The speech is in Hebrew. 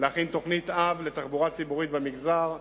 להכין תוכנית-אב לתחבורה ציבורית במגזר הלא-יהודי,